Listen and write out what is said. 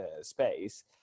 space